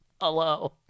Hello